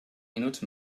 minuts